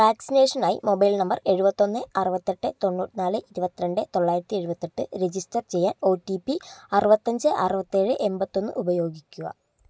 വാക്സിനേഷനായി mobile number എഴുപത്തൊന്ന് അറുപത്തെട്ട് തൊണ്ണൂറ്റി നാല് ഇരുപത്തി രണ്ട് തൊള്ളായിരത്തിഎഴുപത്തിയെട്ട് രജിസ്റ്റർ ചെയ്യാൻ ഒ ടി പി അറുപത്തഞ്ച് അറുപത്തേഴ് എൺപത്തൊന്ന് ഉപയോഗിക്കുക